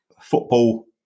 football